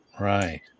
Right